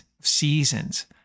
seasons